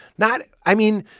not i mean,